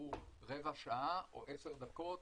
שנמשכו רבע שעה או עשר דקות